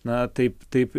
na taip taip